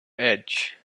edge